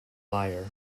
liar